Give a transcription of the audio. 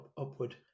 upward